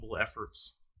efforts